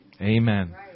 Amen